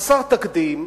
חסר תקדים,